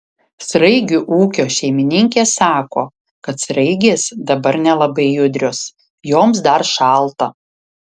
sraigių ūkio šeimininkė sako kad sraigės dabar nelabai judrios joms dar šalta